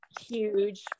huge